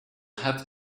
have